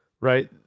right